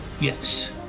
Yes